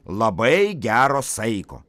labai gero saiko